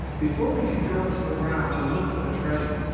before we can drill into the ground to look for the treasure,